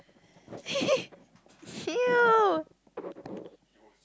!eww!